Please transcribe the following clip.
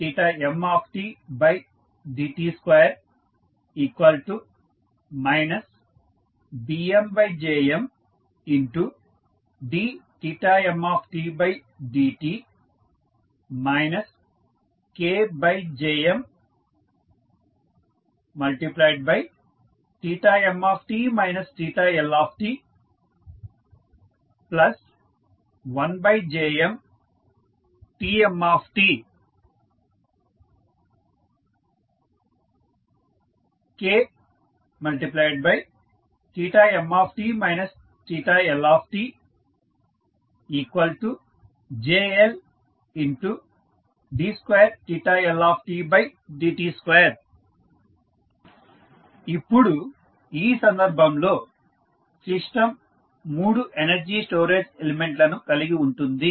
d2mdt2 BmJmdmtdt KJmmt Lt1JmTmt Kmt LJLd2Ldt2 ఇప్పుడు ఈ సందర్భంలో సిస్టం మూడు ఎనర్జీ స్టోరేజ్ ఎలిమెంట్ లను కలిగి ఉంటుంది